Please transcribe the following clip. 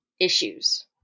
issues